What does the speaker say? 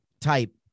type